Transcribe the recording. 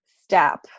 step